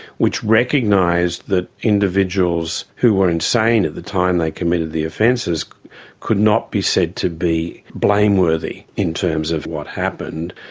which recognised that individuals who were insane at the time they committed the offences could not be said to be blameworthy in terms of what happened.